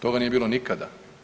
Toga nije bilo nikada.